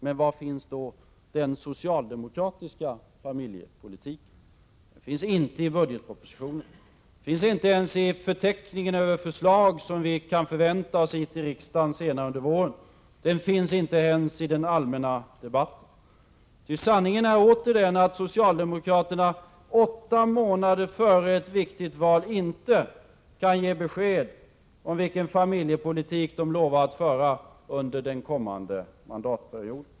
Men var finns då den socialdemokratiska familjepolitiken? Den finns inte i budgetpropositionen. Den finns inte ens i förteckningen över förslag som vi kan förvänta oss hit till riksdagen senare i vår. Den finns inte ens i den allmänna debatten. Sanningen är åter den att socialdemokraterna åtta månader före ett viktigt val inte kan ge besked om vilken familjepolitik de lovar att föra under den kommande mandatperioden.